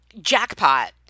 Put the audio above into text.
jackpot